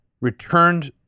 returned